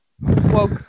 woke